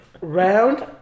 Round